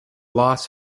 loss